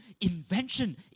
invention